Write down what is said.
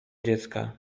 dziecka